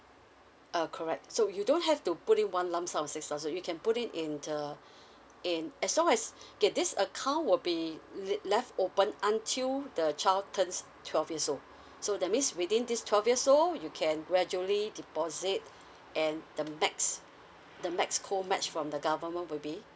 uh correct so you don't have to put in one lump sum of six thousand you can put it in the in as long as okay this account will be left open until the child turns twelve years old so that means within these twelve years old you can gradually deposit and the max the max co match from the government will be